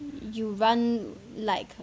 you run like